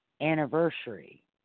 anniversary